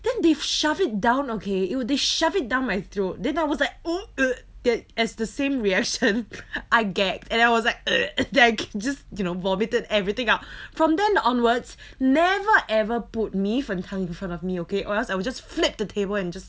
then they shove it down okay it would they shove it down my throat then I was like oh as the same reaction I gagged and I was like just you know vomited everything up from then onwards never ever put 米粉汤 for me okay or else I would just flip the table and just !huh!